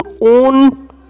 own